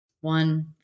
one